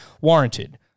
warranted